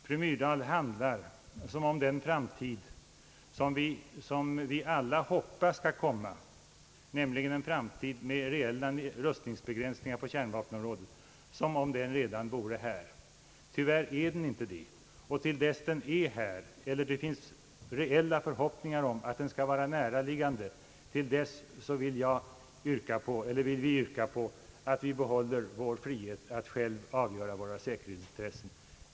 Fru Myrdal handlar som om den framtid som vi alla hoppas skall komma, nämligen en framtid med reella rustningsbegränsningar på kärnvapenområdet, redan vore här. Tyvärr är den inte det, och till dess den kommer — det finns inga förhoppningar om att det skall vara snart — vill vi yrka på att vi skall behålla vår frihet att själva avgöra frågor om våra säkerhetsintressen.